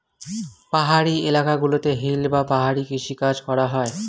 পাহাড়ি এলাকা গুলোতে হিল বা পাহাড়ি কৃষি কাজ করা হয়